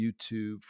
YouTube